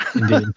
Indeed